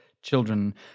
children